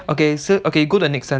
okay so okay you go the next one